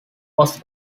was